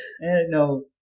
No